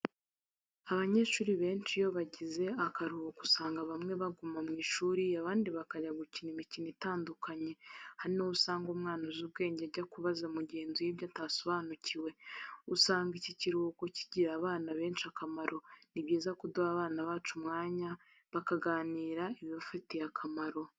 Abanyeshuri benshi iyo bagize akaruhuko usanga bamwe baguma mu ishuri, abandi bakajya gukina imikino itandukanye, aha ni ho usanga umwana uzi ubwenge ajya kubaza mugenzi we ibyo atasobanukiwe, usanga iki kiruhuko kigirira abana benshi akamaro, ni byiza ko duha abana bacu umwanya bakaganira ibibafitiye akamaro.